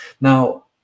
Now